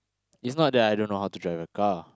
it's not that I don't know how to drive a car